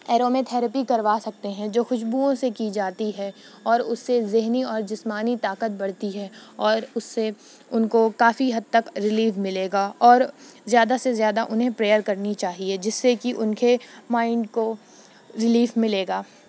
ایرومے therapy کروا سکتے ہیں جو خوشبوؤں سے کی جاتی ہے اور اس سے ذہنی اور جسمانی طاقت بڑھتی ہے اور اس سے ان کو کافی حد تک ریلیو ملے گا اور زیادہ سے زیادہ انہیں پریئر کرنی چاہیے جس سے کہ ان کے مائنڈ کو ریلیو ملے گا